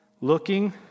Looking